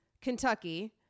Kentucky